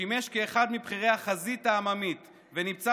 ששימש כאחד מבכירי החזית העממית ונמצא